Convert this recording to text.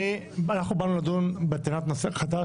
אנחנו באנו לדון בטענות נושא חדש,